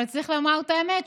אבל צריך לומר את האמת,